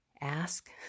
Ask